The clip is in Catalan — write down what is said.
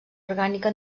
orgànica